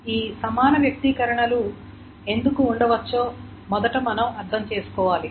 ఈ సమాన వ్యక్తీకరణలు ఎందుకు ఉండవచ్చో మొదట మనం అర్థం చేసుకోవాలి